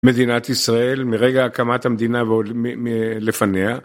מדינת ישראל, מרגע הקמת המדינה ועוד לפניה.